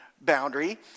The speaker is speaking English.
boundary